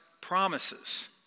promises